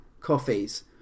coffees